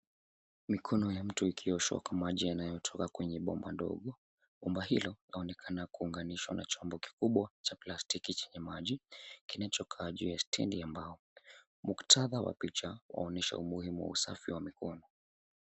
Mikono ya mtu ikioshwa kwa maji yanayotoka kwenye nomba ndogo. Bomba hilo linaonekana kuunganishwa na chombo kikubwa cha plastiki chenye maji kinachokaa juu ya stendi ya mbao. Muktadha wa picha unaonyesha umuhimu wa usafi wa mikono.